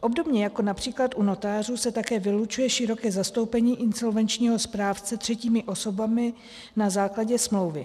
Obdobně jako například u notářů se také vylučuje široké zastoupení insolvenčního správce třetími osobami na základě smlouvy.